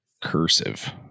cursive